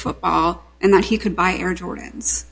football and that he could buy our jordan's